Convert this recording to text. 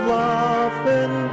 laughing